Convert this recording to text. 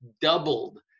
doubled